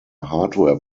hardware